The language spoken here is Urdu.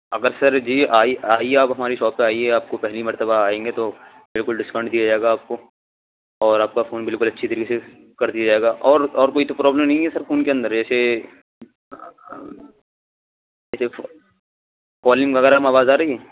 اگر سر جی آئیے آپ ہماری شاپ پہ آئیے آپ کو پہلی مرتبہ آئیں گے تو بالکل ڈسکاؤنٹ دیا جائے گا آپ کو اور آپ کا فون بالکل اچھی طریقے سے کر دیا جائے گا اور اور کوئی تو پرابلم نہیں ہے سر فون کے اندر ایسے کالنگ وغیرہ میں آواز آ رہی ہے